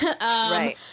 Right